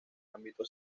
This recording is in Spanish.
ámbito